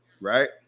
right